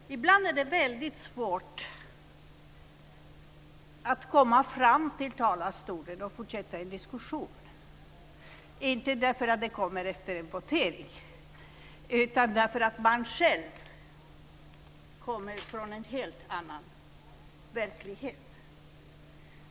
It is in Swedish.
Fru talman! Ibland är det väldigt svårt att komma fram till talarstolen och fortsätta en diskussion, inte därför att den kommer efter en votering utan därför att man själv kommer från en helt annan verklighet.